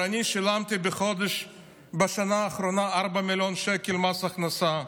אני שילמתי בשנה האחרונה 4 מיליון שקל מס הכנסה.